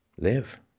live